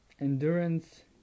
endurance